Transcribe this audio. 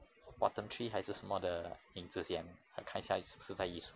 bottom tree 还是什么的影子这样看一下是不是在 yishun